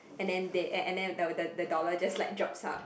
and then they and and then the the dollar just like drops out